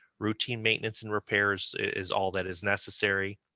routine maintenance and repairs is all that is necessary.